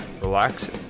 relax